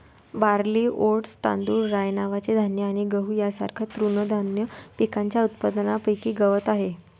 barley, oats, तांदूळ, राय नावाचे धान्य आणि गहू यांसारख्या तृणधान्य पिकांच्या उत्पादनापैकी गवत आहे